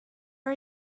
are